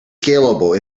scalable